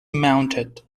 mounted